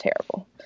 terrible